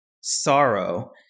sorrow